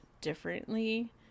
differently